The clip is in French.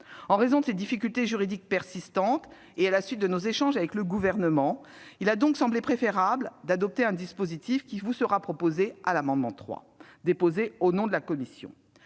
En raison de ces difficultés juridiques persistantes et à la suite de nos échanges avec le Gouvernement, il nous a donc paru préférable d'adopter le dispositif prévu au travers de l'amendement n° 3, que j'ai déposé au nom de la commission.